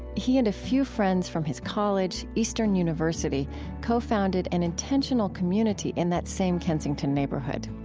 he and a few friends from his college, eastern university cofounded an intentional community in that same kensington neighborhood.